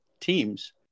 teams